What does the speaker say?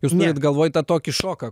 jūs tūrit galvoj tą tokį šoką